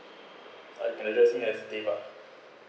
ah can ah just call me as deva